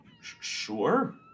sure